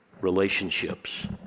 relationships